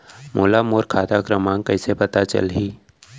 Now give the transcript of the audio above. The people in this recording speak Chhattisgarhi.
मोला मोर खाता क्रमाँक कइसे पता चलही?